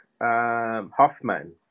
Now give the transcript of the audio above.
Hoffman